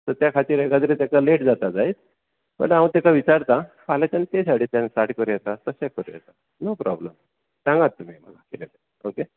so ते खातीर एकाद्रे ताका लेट जाता जायत नाजाल्यार हांव ताका विचारता फाल्यांच्यान ते सायडीच्यान स्टार्ट करूं येता तशें करूं येता नो प्रोब्लेम सांगात तुमी कितें तें ओके